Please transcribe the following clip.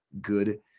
good